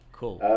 cool